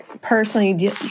personally